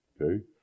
okay